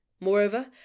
Moreover